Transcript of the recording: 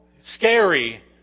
scary